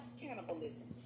cannibalism